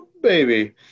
baby